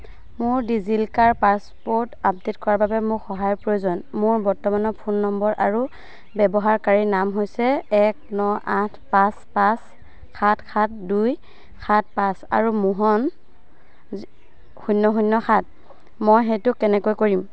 মোৰ DigiLocker passport update কৰাৰ বাবে মোক সহায়ৰ প্ৰয়োজন মোৰ বৰ্তমানৰ ফোন নম্বৰ আৰু ব্যৱহাৰকাৰী নাম হৈছে এক ন আঠ পাঁচ পাঁচ সাত সাত দুই সাত পাঁচ আৰু মোহন শূন্য শূন্য সাত মই সেইটো কেনেকৈ কৰিম